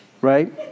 right